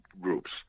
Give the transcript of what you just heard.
groups